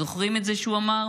זוכרים את זה שהוא אמר?